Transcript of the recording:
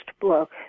book